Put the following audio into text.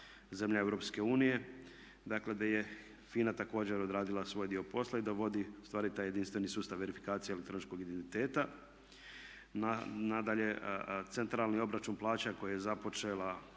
zemlja EU. Dakle, gdje je FINA također odradila svoj dio posla i da vodi ustvari taj jedinstveni sustav verifikacije elektroničkog identiteta. Nadalje, centralni obračun plaća koji je započela